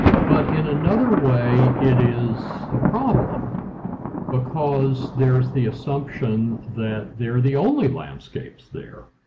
but in another way it is a problem because there's the assumption that they're the only landscapes there.